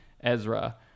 Ezra